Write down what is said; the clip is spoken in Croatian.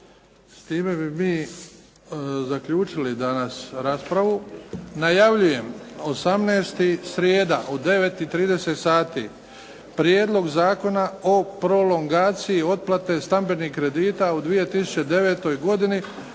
S time bi mi zaključili danas raspravu. Najavljujem 18. srijeda u 9,30 sati Prijedlog zakona o prolongaciji otplate stambenih kredita u 2009. godini,